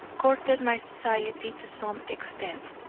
courted my society to some extent.